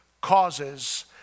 causes